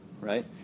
right